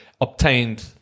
obtained